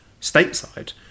stateside